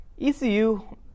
ECU